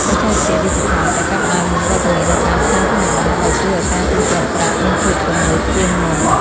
បច្ចេកវិទ្យាឌីជីថលក៏ចាប់ផ្ដើមមានវត្តមាននៅតាមផ្សារធម្មតាដែលជួយឱ្យការទូទាត់ប្រាក់មានភាពទំនើបជាងមុន។